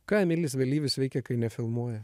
ką emilis vėlyvis veikia kai nefilmuoja